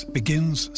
begins